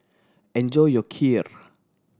enjoy your Kheer